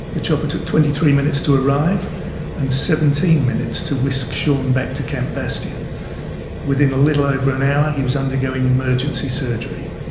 the chopper took twenty three minutes to arrive and seventeen minutes to whisk shaun back to camp bastion within a little over an hour he was undergoing emergency surgery.